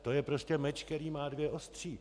To je prostě meč, který má dvě ostří.